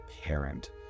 parent